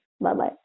Bye-bye